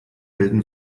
bilden